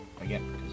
Again